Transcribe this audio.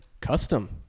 Custom